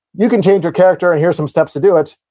you can change your character, and here's some steps to do it,